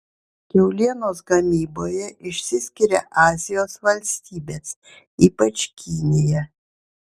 kiaulienos gamyboje išsiskiria azijos valstybės ypač kinija